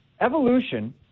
evolution